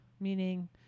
meaning